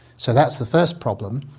so that's the first problem.